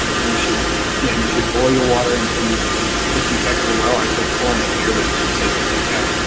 ah you should yeah you should boil your water until you can disinfect your well. i said chlorinate here, but it should say disinfect.